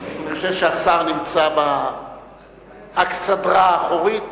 אני חושב שהשר נמצא באכסדרה האחורית.